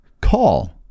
call